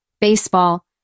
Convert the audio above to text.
baseball